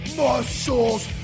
muscles